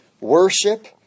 Worship